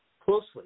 closely